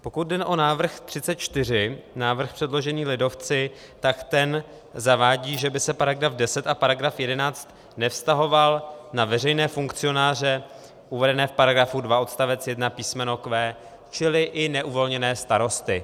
Pokud jde o návrh 34, návrh předložený lidovci, tak ten zavádí, že by se § 10 a § 11 nevztahoval na veřejné funkcionáře uvedené v § 2 odst. 1 písm. q) čili i neuvolněné starosty.